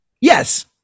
yes